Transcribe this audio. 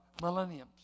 millenniums